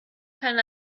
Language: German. kann